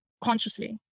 consciously